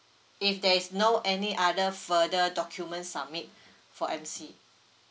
if there is no any other further document submit for M_C